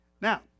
Now